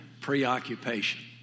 preoccupation